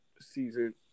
season